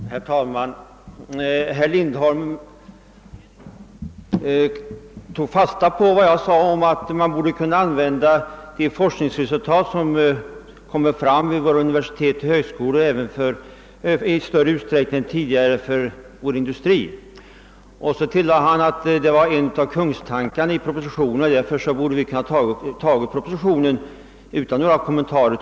Herr talman! Herr Lindholm tog fasta på vad jag sade om att man i större utsträckning än hittills borde kunna använda forskningsresultaten vid våra universitet och högskolor för industrins räkning. Han tillade, att det var en av kungstankarna i propositionen, och att vi på borgerligt håll därför borde ha kunnat acceptera propositionens förslag utan någon kommentar.